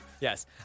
yes